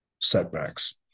setbacks